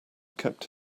kept